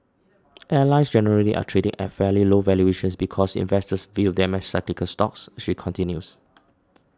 airlines generally are trading at fairly low valuations because investors view them as cyclical stocks she continues